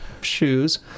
shoes